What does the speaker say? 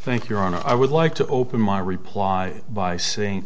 think your honor i would like to open my reply by saying